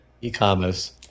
e-commerce